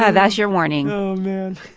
ah that's your warning oh, man